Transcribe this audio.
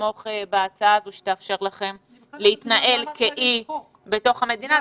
נתמוך בהצעה הזו שתאפשר לכם להתנהל כאי בתוך המדינה.